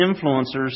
influencers